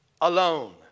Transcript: alone